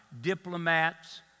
diplomats